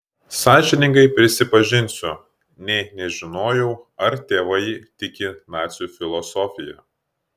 sąžiningai prisipažinsiu nė nežinojau ar tėvai tiki nacių filosofija